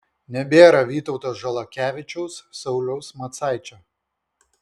nebėra vytauto žalakevičiaus sauliaus macaičio